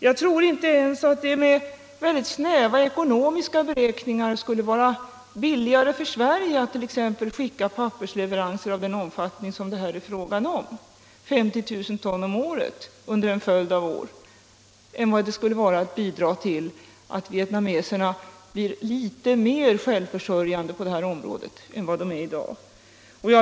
Jag tror inte ens att det med snäva ekonomiska beräkningar skulle vara billigare för Sverige att t.ex. leverera papper i den omfattning som det här är fråga om, 50 000 ton om året under en följd av år, än att bidra till att vietnameserna blir litet mer självförsörjande på detta område än de är i dag.